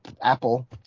Apple